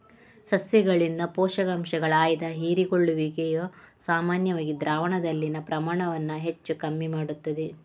ಸಸ್ಯಗಳಿಂದ ಪೋಷಕಾಂಶಗಳ ಆಯ್ದ ಹೀರಿಕೊಳ್ಳುವಿಕೆಯು ಸಾಮಾನ್ಯವಾಗಿ ದ್ರಾವಣದಲ್ಲಿನ ಪ್ರಮಾಣವನ್ನ ಹೆಚ್ಚು ಕಮ್ಮಿ ಮಾಡ್ತದೆ